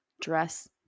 dress